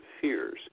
fears